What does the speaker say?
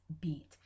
beat